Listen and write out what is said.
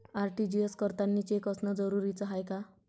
RTGS करतांनी cheque असनं जरुरीच हाय का?